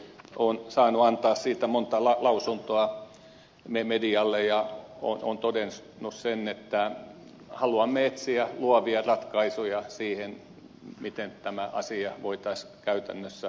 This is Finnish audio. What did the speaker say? olen saanut antaa siitä monta lausuntoa medialle ja olen todennut sen että haluamme etsiä luovia ratkaisuja siihen miten tämä asia voitaisiin käytännössä toteuttaa